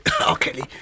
okay